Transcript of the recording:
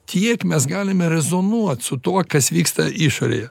tiek mes galime rezonuot su tuo kas vyksta išorėje